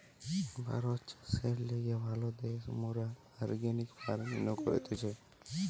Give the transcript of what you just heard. ভারত চাষের লিগে ভালো দ্যাশ, মোরা অর্গানিক ফার্মিনো করতেছি